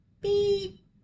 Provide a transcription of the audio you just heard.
beep